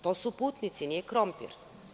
To su putnici, nije krompir.